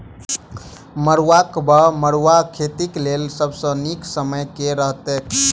मरुआक वा मड़ुआ खेतीक लेल सब सऽ नीक समय केँ रहतैक?